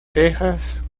texas